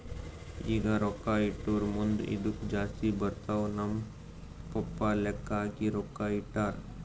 ಈಗ ರೊಕ್ಕಾ ಇಟ್ಟುರ್ ಮುಂದ್ ಇದ್ದುಕ್ ಜಾಸ್ತಿ ಬರ್ತಾವ್ ನಮ್ ಪಪ್ಪಾ ಲೆಕ್ಕಾ ಹಾಕಿ ರೊಕ್ಕಾ ಇಟ್ಟಾರ್